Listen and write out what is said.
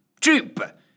Troop